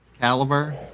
caliber